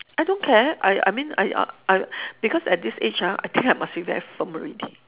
I don't care I I mean I I I because at this age ah I think I must be very firm already